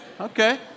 okay